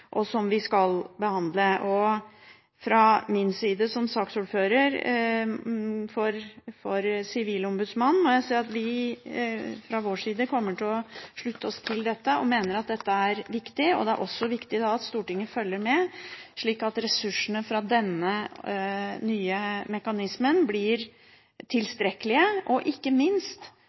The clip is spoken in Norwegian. og som vi skal behandle. Som saksordfører for Sivilombudsmannen vil jeg si at vi fra vår side kommer til å slutte oss til dette, og mener at dette er viktig. Det er også viktig at Stortinget følger med, slik at ressursene til denne nye mekanismen blir tilstrekkelige, og – ikke minst